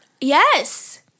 Yes